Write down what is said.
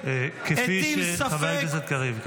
הטיל ספק --- חבר הכנסת קריב.